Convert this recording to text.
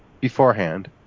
beforehand